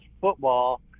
football